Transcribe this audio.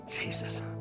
Jesus